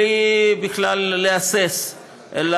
בלי להסס בכלל,